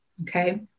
okay